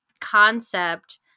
concept